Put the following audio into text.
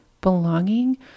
belonging